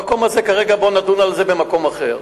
המקום הזה, כרגע, בוא נדון על זה במקום אחר.